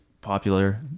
popular